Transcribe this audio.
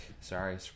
sorry